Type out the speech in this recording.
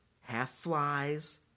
half-flies